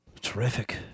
Terrific